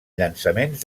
llançaments